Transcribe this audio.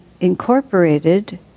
incorporated